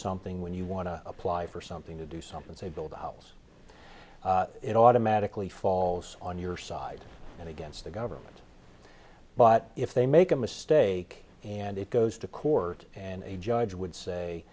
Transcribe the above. something when you want to apply for something to do something say bill dolls it automatically falls on your side and against the government but if they make a mistake and it goes to court and a judge would say